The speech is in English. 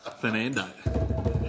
Fernando